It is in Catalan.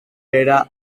pere